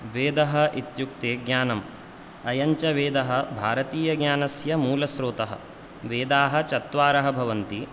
वेदः इत्युक्ते ज्ञानम् अयं च वेदः भारतीयज्ञानस्य मूलश्रोतः वेदाः चत्वारः भवन्ति